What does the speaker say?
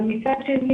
מצד שני,